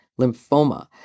lymphoma